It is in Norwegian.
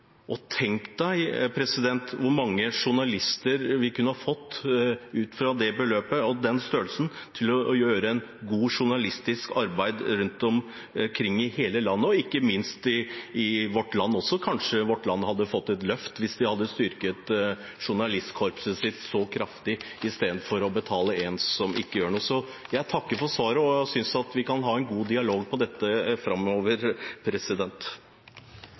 Tenk deg hvor mange journalister vi kunne fått for et beløp av den størrelsen til å gjøre et god journalistisk arbeid rundt omkring i hele landet – og ikke minst også i Vårt Land! Kanskje Vårt Land hadde fått et løft hvis de hadde styrket journalistkorpset sitt kraftig, istedenfor å betale en som ikke gjør noe. Jeg takker for svaret og synes at vi kan ha en god dialog om dette framover.